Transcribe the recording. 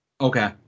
Okay